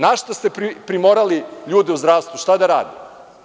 Na šta ste primorali ljude u zdravstvu, šta da rade?